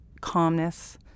calmness